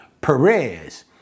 Perez